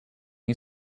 you